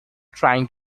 trying